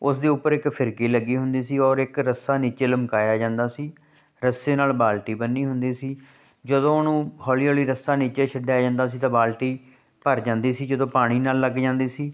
ਉਸ ਦੇ ਉੱਪਰ ਇੱਕ ਫਿਰਕੀ ਲੱਗੀ ਹੁੰਦੀ ਸੀ ਔਰ ਇੱਕ ਰੱਸਾ ਨੀਚੇ ਲਮਕਾਇਆ ਜਾਂਦਾ ਸੀ ਰੱਸੇ ਨਾਲ ਬਾਲਟੀ ਬੰਨ੍ਹੀ ਹੁੰਦੀ ਸੀ ਜਦੋਂ ਉਹਨੂੰ ਹੌਲੀ ਹੌਲੀ ਰੱਸਾ ਨੀਚੇ ਛੱਡਿਆ ਜਾਂਦਾ ਸੀ ਤਾਂ ਬਾਲਟੀ ਭਰ ਜਾਂਦੀ ਸੀ ਜਦੋਂ ਪਾਣੀ ਨਾਲ ਲੱਗ ਜਾਂਦੀ ਸੀ